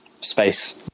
space